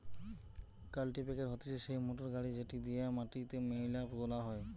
কাল্টিপ্যাকের হতিছে সেই মোটর গাড়ি যেটি দিয়া মাটিতে মোয়লা তোলা হয়